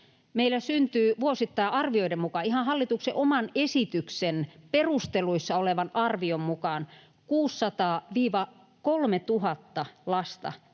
Meillä syntyy vuosittain arvioiden mukaan, ihan hallituksen oman esityksen perusteluissa olevan arvion mukaan, 600—3 000 lasta,